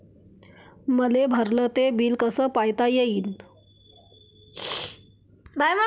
मले भरल ते बिल कस पायता येईन?